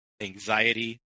anxiety